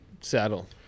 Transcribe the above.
saddle